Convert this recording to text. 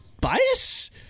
bias